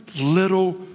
little